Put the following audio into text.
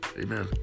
amen